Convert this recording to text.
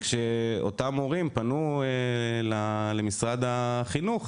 כשאותם הורים פנו למשרד החינוך,